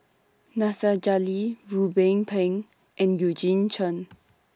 Nasir Jalil Ruben Pang and Eugene Chen